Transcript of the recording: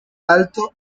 alto